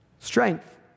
Strength